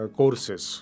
courses